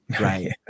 right